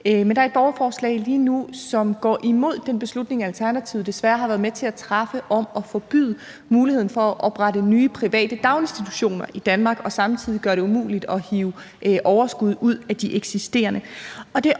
bannerfører for og ophav til – som går imod den beslutning, Alternativet desværre har været med til at træffe, om at forbyde muligheden for at oprette nye private daginstitutioner i Danmark, og som samtidig gør det umuligt at hive overskud ud af de eksisterende.